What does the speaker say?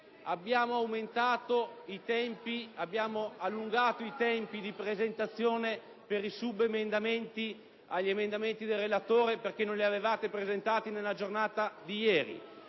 tempo di discussione; abbiamo allungato i termini di presentazione dei subemendamenti agli emendamenti del relatore, perché non li avevate presentati nella giornata di ieri;